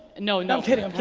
and no. and i'm kidding,